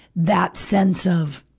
that sense of,